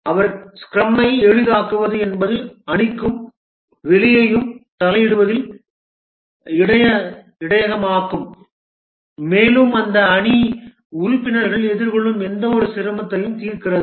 அவர் ஸ்க்ரமை எளிதாக்குவது என்பது அணிக்கும் வெளியேயும் தலையிடுவதில் இடையகமாகும் மேலும் அந்த அணி உறுப்பினர்கள் எதிர்கொள்ளும் எந்தவொரு சிரமத்தையும் தீர்க்கிறது